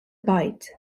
bite